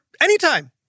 anytime